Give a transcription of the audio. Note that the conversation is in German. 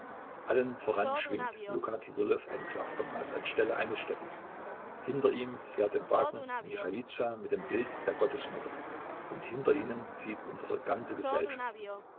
allen voran schwingt luka kirillow ein klaftermaß anstelle eines steckens hinter ihm fährt im wagen michailiza mit dem bilde der gottesmutter und hinter ihnen zieht unsere ganze gesellschaft